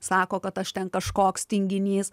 sako kad aš ten kažkoks tinginys